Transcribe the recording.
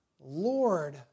Lord